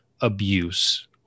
abuse